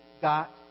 got